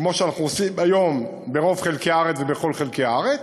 כמו שאנחנו עושים היום בכל חלקי הארץ.